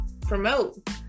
promote